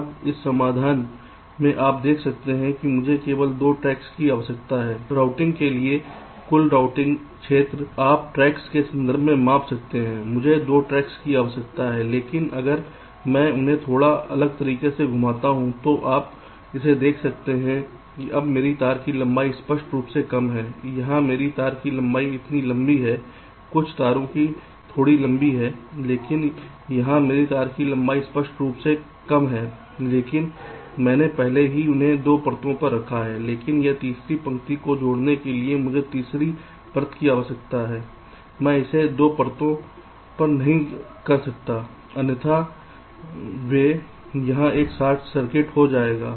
अब इस समाधान में आप देख सकते हैं कि मुझे केवल 2 ट्रैक्स की आवश्यकता है रूटिंग के लिए कुल राउटिंग क्षेत्र आप ट्रैक्स के संदर्भ में माप सकते हैं मुझे 2 ट्रैक्स की आवश्यकता है लेकिन अगर मैं उन्हें थोड़ा अलग तरीके से घुमाता हूं तो आप इसे देख सकते हैं अब मेरी तार की लंबाई स्पष्ट रूप से कम है यहाँ मेरी तार की लंबाई इतनी लंबी है कुछ तारों में थोड़ी लंबी है लेकिन यहाँ मेरी तार की लंबाई स्पष्ट रूप से कम है लेकिन मैंने पहले ही इन्हें 2 परतों पर रखा है लेकिन इस तीसरी पंक्ति को जोड़ने के लिए मुझे तीसरी परत की आवश्यकता है मैं इसे 2 परतों पर नहीं कर सकता अन्यथा वे यहां एक शॉर्ट सर्किट हो जाएंगे